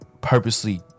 purposely